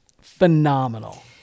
phenomenal